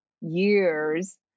years